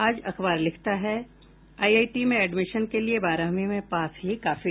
आज अखबार लिखता है आईआईटी में एडमिशन के लिए बारहवीं में पास ही काफी